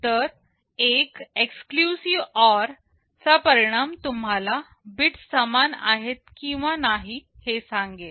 तर एका exclusive OR चा परिणाम तुम्हाला बिट्स समान आहेत किंवा नाही हे सांगेल